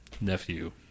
nephew